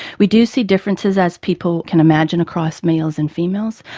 we do see differences, as people can imagine, across males and females,